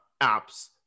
app's